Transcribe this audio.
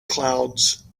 clouds